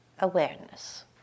awareness